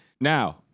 Now